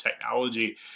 technology